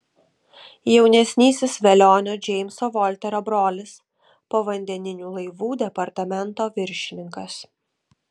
jaunesnysis velionio džeimso volterio brolis povandeninių laivų departamento viršininkas